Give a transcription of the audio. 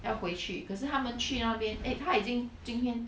要回去可是他们去那边 eh 她已经今天